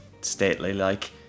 stately-like